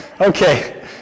Okay